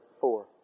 four